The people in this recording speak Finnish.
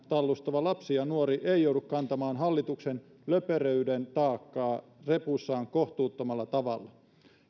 tallustava lapsi ja nuori joutuu kantamaan hallituksen löperöyden taakkaa repussaan kohtuuttomalla tavalla